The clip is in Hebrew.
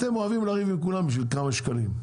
אתם אוהבים לריב עם כולם בשביל כמה שקלים,